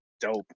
dope